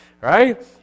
right